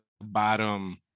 bottom